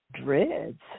dreads